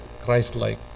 Christ-like